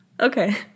Okay